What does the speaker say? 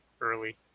early